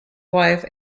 wife